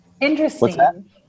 Interesting